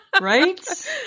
Right